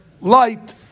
light